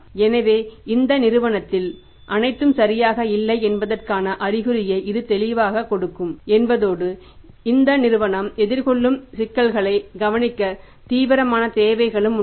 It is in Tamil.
எனவே இந்த நிறுவனத்தில் அனைத்தும் சரியாக இல்லை என்பதற்கான அறிகுறியை இது தெளிவாகக் கொடுக்கும் என்பதோடு இந்த நிறுவனம் எதிர்கொள்ளும் சிக்கல்களைக் கவனிக்க சில தீவிரமான தேவைகளும் உள்ளன